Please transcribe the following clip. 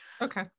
Okay